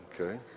okay